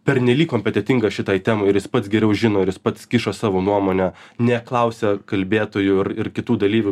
pernelyg kompetentingas šitai temai ir jis pats geriau žino ir jis pats kiša savo nuomonę neklausia kalbėtojų ir ir kitų dalyvių